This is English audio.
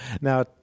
Now